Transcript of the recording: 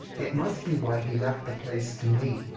it must be why he left the place to me.